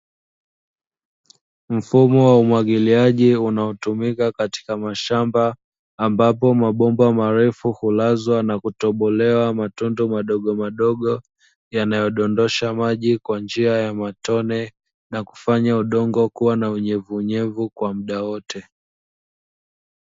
Mfumo wa umwagiliaji unaotumika katika mashamba, ambapo mabomba marefu hulazwa na kutobolewa matundu madogo madogo yanayodondosha maji kwa njia ya matone na kufanya udongo kuwa na unyevunyevu kwa muda wote.